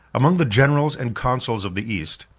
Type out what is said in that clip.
among the generals and consuls of the east,